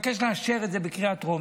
לאשר את זה בקריאה הטרומית.